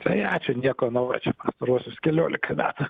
tai ačiū nieko naujo čia pastaruosius keliolika metų